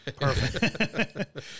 Perfect